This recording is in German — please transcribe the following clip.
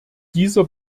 dieser